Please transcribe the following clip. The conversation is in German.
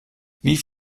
wie